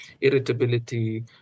irritability